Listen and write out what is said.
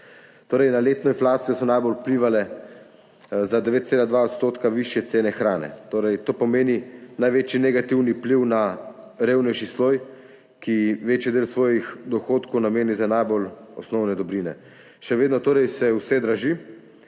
Torej so na letno inflacijo najbolj vplivale za 9,2 % višje cene hrane. To pomeni največji negativni vpliv na revnejši sloj, ki večji del svojih dohodkov nameni za najbolj osnovne dobrine. Še vedno se vse draži,